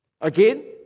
Again